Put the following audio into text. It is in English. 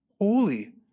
holy